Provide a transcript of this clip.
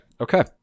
Okay